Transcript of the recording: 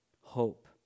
hope